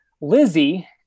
Lizzie